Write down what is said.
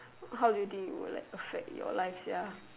how do you think it will like affect your life sia